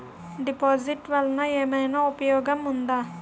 డిపాజిట్లు వల్ల ఏమైనా ఉపయోగం ఉందా?